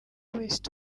west